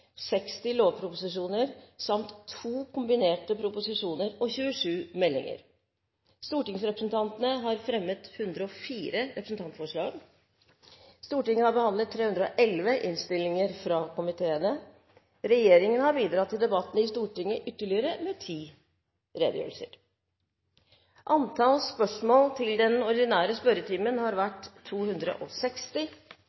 60 lovproposisjoner samt 2 kombinerte proposisjoner og 27 meldinger. Stortingsrepresentantene har fremmet 104 representantforslag. Stortinget har behandlet 311 innstillinger fra komiteene. Regjeringen har bidratt ytterligere til debattene i Stortinget med 10 redegjørelser. Antall spørsmål til den ordinære spørretimen har